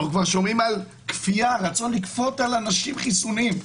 אנו שומעים על רצון לכפות על אנשים חיסונים.